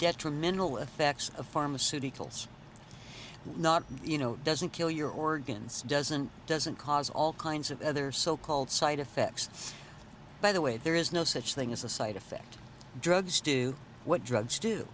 detrimental effects of pharmaceuticals not you know doesn't kill your organs doesn't doesn't cause all kinds of other so called side effects by the way there is no such thing as a side effect drugs do what drugs do